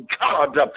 God